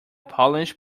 polish